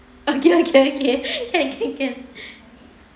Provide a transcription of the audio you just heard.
okay okay can can can